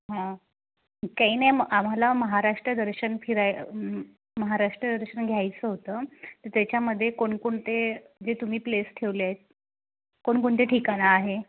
हं काही नाही आम्हाला महाराष्ट्र दर्शन फिरायचं महाराष्ट्र दर्शन घ्यायचं होतं तर त्याच्यामध्ये कोणकोणते जे तुम्ही प्लेस ठेवले आहेत कोणकोणते ठिकाणं आहे